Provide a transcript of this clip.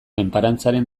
enparantzaren